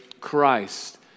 Christ